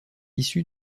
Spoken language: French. issu